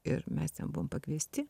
ir mes buvom pakviesti